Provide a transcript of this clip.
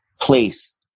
place